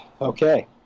Okay